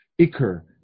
Iker